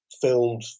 filmed